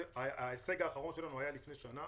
ההישג האחרון שלנו היה לפני שנה